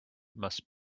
must